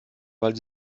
weil